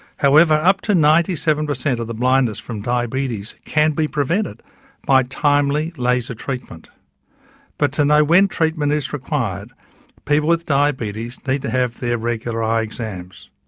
however, up to ninety seven percent of the blindness from diabetes can be prevented by timely laser treatment and but to know when treatment is required people with diabetes need to have their regular eye exams.